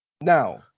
Now